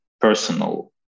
personal